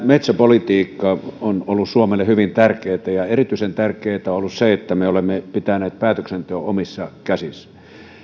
metsäpolitiikka on ollut suomelle hyvin tärkeätä ja erityisen tärkeätä on ollut se että me olemme pitäneet päätöksenteon omissa